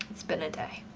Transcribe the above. it's been a day.